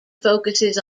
focuses